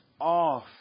off